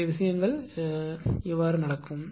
எனவே விஷயங்கள் எப்படி நடக்கும்